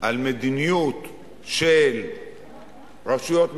לגבי מדיניות של רשויות מקומיות,